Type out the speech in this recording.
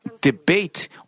debate